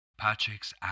Patrick's